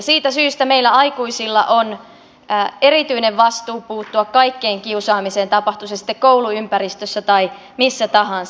siitä syystä meillä aikuisilla on erityinen vastuu puuttua kaikkeen kiusaamiseen tapahtui se sitten kouluympäristössä tai missä tahansa